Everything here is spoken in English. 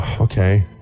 Okay